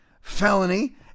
felony